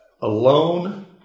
alone